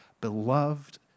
beloved